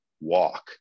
walk